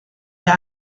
der